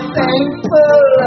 thankful